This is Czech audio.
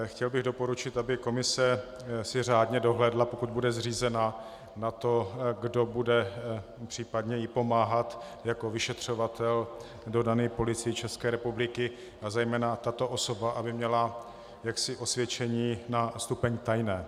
Chtěl bych doporučit, aby si komise řádně dohlédla, pokud bude zřízena, na to, kdo jí bude případně pomáhat jako vyšetřovatel dodaný Policií České republiky, a zejména aby tato osoba měla osvědčení na stupeň tajné.